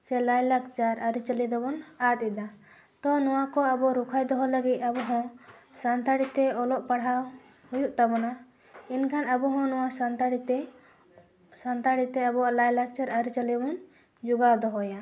ᱥᱮ ᱞᱟᱭᱼᱞᱟᱠᱪᱟᱨ ᱟᱹᱨᱤᱼᱪᱟᱹᱞᱤ ᱫᱚᱵᱚᱱ ᱟᱫ ᱮᱫᱟ ᱛᱚ ᱱᱚᱣᱟ ᱠᱚ ᱟᱵᱚ ᱨᱚᱠᱷᱟᱣ ᱫᱚᱦᱚ ᱞᱟᱹᱜᱤᱜ ᱟᱵᱚ ᱦᱚᱸ ᱥᱟᱱᱛᱟᱲᱤᱛᱮ ᱚᱞᱚᱜ ᱯᱟᱲᱦᱟᱣ ᱦᱩᱭᱩᱜ ᱛᱟᱵᱚᱱᱟ ᱮᱱᱠᱷᱟᱱ ᱟᱵᱚᱦᱚᱸ ᱱᱚᱣᱟ ᱥᱟᱱᱛᱟᱲᱤᱛᱮ ᱥᱟᱱᱛᱟᱲᱤᱛᱮ ᱟᱵᱚᱣᱟᱜ ᱞᱟᱭᱼᱞᱟᱠᱪᱟᱨ ᱟᱹᱨᱤᱼᱪᱟᱹᱞᱤᱵᱚᱱ ᱡᱚᱜᱟᱣ ᱫᱚᱦᱚᱭᱟ